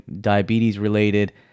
diabetes-related